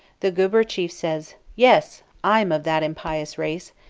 the gueber chief says, yes! i am of that impious race,